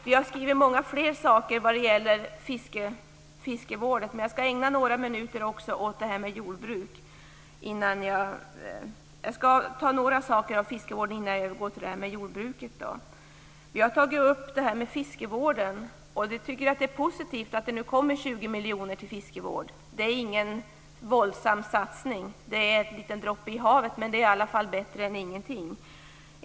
Vi har skrivit många fler saker om fiskevård, och jag skall nämna något om detta innan jag övergår till att tala om jordbruket. Vi har tagit upp fiskevården. Vi tycker att det är positivt att det nu anslås 20 miljoner kronor till fiskevård. Det är inte någon våldsamt stor satsning, utan det är en droppe i havet. Men det är bättre än ingenting.